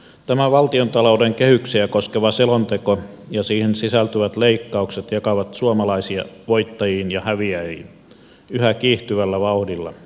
tämä valtiontalouden kehyksiä koskeva selonteko ja siihen sisältyvät leikkaukset jakavat suomalaisia voittajiin ja häviäjiin yhä kiihtyvällä vauhdilla